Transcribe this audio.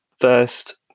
first